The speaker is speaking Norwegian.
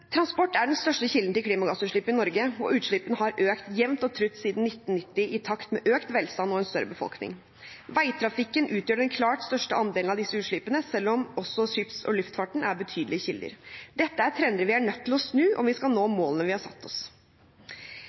Transport er den største kilden til klimagassutslipp i Norge, og utslippene har økt jevnt og trutt siden 1990, i takt med økt velstand og en større befolkning. Veitrafikken utgjør den klart største andelen av disse utslippene, selv om også skips- og luftfarten er betydelige kilder. Dette er trender vi er nødt til å snu om vi skal nå målene vi har satt oss.